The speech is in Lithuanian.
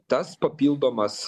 tas papildomas